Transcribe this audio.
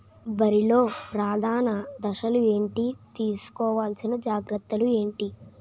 వరిలో ప్రధాన దశలు ఏంటి? తీసుకోవాల్సిన జాగ్రత్తలు ఏంటి?